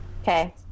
Okay